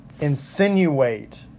insinuate